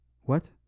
What